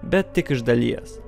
bet tik iš dalies